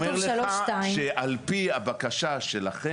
כתוב ב-3(2) --- אני אומר לך שעל פי הבקשה שלכם,